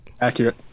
Accurate